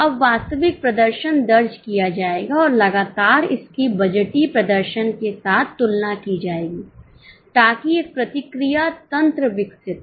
अब वास्तविक प्रदर्शन दर्ज किया जाएगा और लगातारइसकी बजटीय प्रदर्शन के साथ तुलना की जाएगी ताकि एक प्रतिक्रिया तंत्र विकसित हो